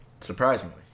Surprisingly